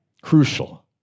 Crucial